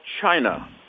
China